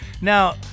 Now